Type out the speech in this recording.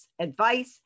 advice